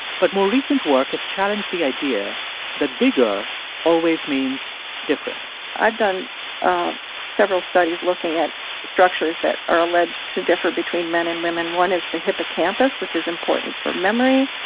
but more recent work has challenged the idea that bigger always means different i've done ah several studies looking at structures that are alleged to differ between men and women. one is the hippocampus, which is important for memory.